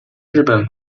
日本